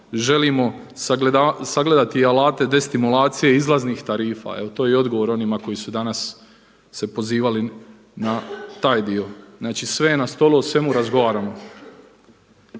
želimo sagledati i alate destimulacije izlaznih tarifa. To je i odgovor onima koji su danas se pozivali na taj dio. Znači, sve je na stolu, o svemu razgovaramo.